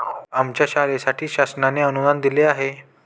आमच्या शाळेसाठी शासनाने अनुदान दिले आहे